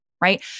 Right